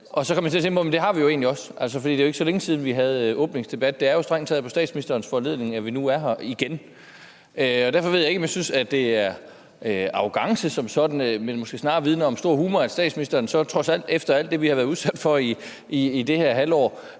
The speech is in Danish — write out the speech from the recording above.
jeg til at tænke på, at det har vi jo egentlig også. Altså, det er ikke så længe siden, at vi havde åbningsdebat, og det er jo strengt taget på statsministerens foranledning, at vi nu er her igen. Derfor ved jeg ikke, om jeg synes, at det som sådan er arrogance, men at det måske snarere vidner om stor humor, at statsministeren så trods alt og efter alt det, vi har været udsat for i det her halvår,